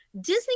Disney